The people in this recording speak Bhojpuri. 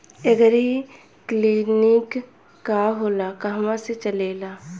एगरी किलिनीक का होला कहवा से चलेँला?